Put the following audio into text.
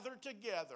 together